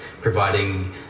providing